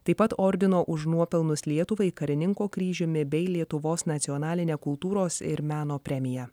taip pat ordino už nuopelnus lietuvai karininko kryžiumi bei lietuvos nacionaline kultūros ir meno premija